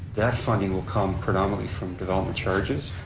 that funding will come predominantly from development charges.